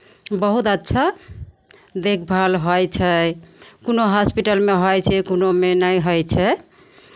बहुत अच्छा देखभाल होइ छै कोनो हॉस्पिटलमे होइ छै कोनोमे नहि होइ छै